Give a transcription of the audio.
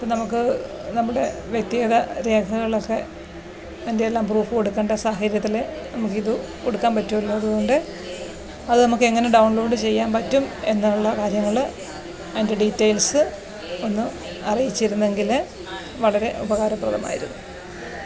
ഇപ്പോൾ നമുക്ക് നമ്മുടെ വ്യക്തിഗത രേഖകളൊക്കെ എൻ്റെയെല്ലാം പ്രൂഫും എടുക്കേണ്ട സാഹചര്യത്തിൽ നമുക്കിതു കൊടുക്കാൻ പറ്റുമല്ലോ അതുകൊണ്ട് അത് നമുക്കെങ്ങനെ ഡൗൺലോഡ് ചെയ്യാൻ പറ്റും എന്നുള്ള കാര്യങ്ങൾ എൻ്റെ ഡീറ്റെയിൽസ് ഒന്ന് അറിയിച്ചിരുന്നെങ്കിൽ വളരെ ഉപകാരപ്രദമായിരുന്നു